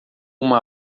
uma